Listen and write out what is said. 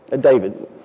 david